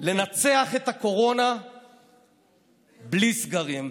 לנצח את הקורונה בלי סגרים.